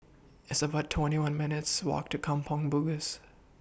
It's about twenty one minutes' Walk to Kampong Bugis